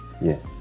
Yes